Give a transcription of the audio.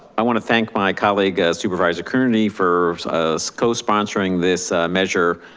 i wanna thank my colleague, supervisor coonerty for co sponsoring this measure.